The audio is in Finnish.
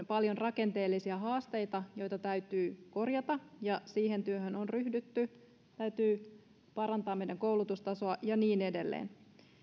paljon rakenteellisia haasteita joita täytyy korjata ja siihen työhön on ryhdytty täytyy parantaa meidän koulutustasoa ja niin edelleen